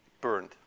burned